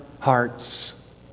hearts